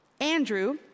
Andrew